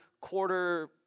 quarter